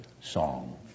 song